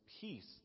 peace